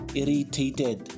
irritated